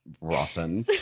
rotten